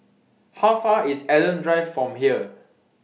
How Far away IS Adam Drive from here